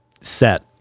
set